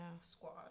squad